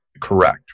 correct